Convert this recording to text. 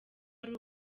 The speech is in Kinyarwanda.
ari